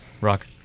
Rock